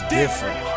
different